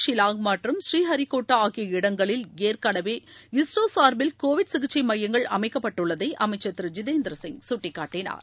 ஷில்லாங் மற்றும் பூரீஹரிகோட்டா ஆகிய இடங்களில் ஏற்கெனவே இஸ்ரோ சார்பில் கோவிட் சிகிச்சை மையங்கள் அமைக்கப்பட்டுள்ளதை அமைச்சர் திரு ஜிதேந்திர சிங் சுட்டிக்காட்டினார்